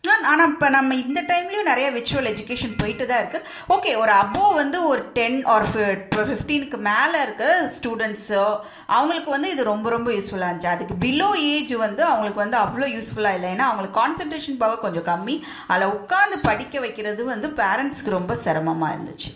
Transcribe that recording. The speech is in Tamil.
ஆனால் இப்போ நம்ம இந்த டைம்லயும் நிறைய விர்ச்சுவல் எஜிகேஷன் போய்ட்டு தான் இருக்குது ஓகே ஒரு அபோவ் வந்து ஒரு டென் ஆர் ஃபி ஃபிஃப்டீனுக்கு மேலே இருக்க ஸ்டூடெண்ட்ஸோ அவங்களுக்கு வந்து இது ரொம்ப ரொம்ப யூஸ்ஃபுல்லாக இருந்துச்சு அதுக்கு பிலோ ஏஜ் வந்து அவங்களுக்கு வந்து அவ்வளோ யூஸ் ஃபுல்லாக இல்லை ஏன்னா அவங்களுக்கு கான்செண்ட்ரேஷன் பவர் கொஞ்சம் கம்மி அதில் உட்காந்து படிக்க வைக்கிறது வந்து பேரண்ட்ஸ்க்கு ரொம்ப சிரமமா இருந்துச்சு